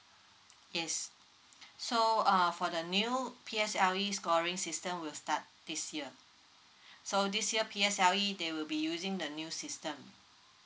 yes so uh for the new P_S_L_E scoring system will start this year so this year P_S_L_E they will be using the new system